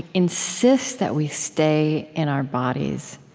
insists that we stay in our bodies.